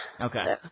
Okay